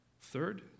Third